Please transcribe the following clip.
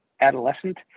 adolescent